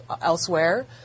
elsewhere